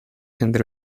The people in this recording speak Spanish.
primera